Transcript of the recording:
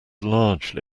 largely